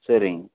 சரிங்